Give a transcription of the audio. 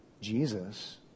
Jesus